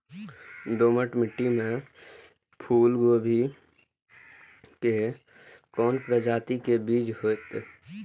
दोमट मिट्टी में फूल गोभी के कोन प्रजाति के बीज होयत?